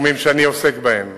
בתחומים שאני עוסק בהם.